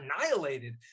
annihilated